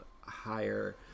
higher